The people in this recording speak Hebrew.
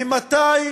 ממתי